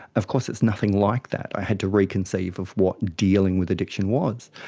of course it's nothing like that, i had to re-conceive of what dealing with addiction was.